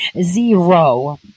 Zero